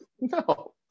no